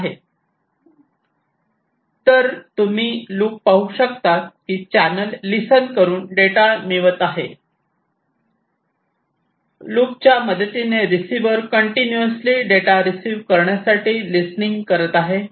तर हा लूप तुम्ही पाहु शकता की चॅनल लिसन करून डेटा मिळवत आहे लूप च्या मदत मदतीने रिसिवर कंटिन्यूअसली डेटा रिसीव करण्यासाठी लिसनिंग करत आहे